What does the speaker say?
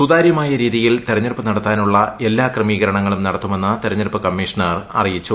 സുതാര്യമായ രീതിയിൽ തെരഞ്ഞെടുപ്പ് നടത്താനുള്ള എല്ലാ ക്രമീകരണങ്ങളും നടത്തുമെന്ന് തെരഞ്ഞെട്ടിപ്പ് കമ്മീഷണർ അറിയിച്ചു